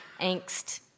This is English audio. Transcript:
angst